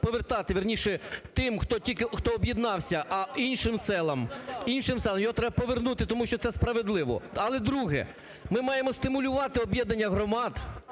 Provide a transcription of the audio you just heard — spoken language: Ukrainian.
хто тільки… хто об'єднався, а іншим селам… іншим селам його треба повернути, тому що це справедливо. Але друге, ми маємо стимулювати об'єднання громад,